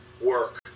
work